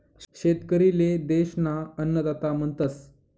शेतकरी ले देश ना अन्नदाता म्हणतस